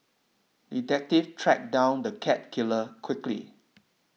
detective tracked down the cat killer quickly